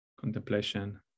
contemplation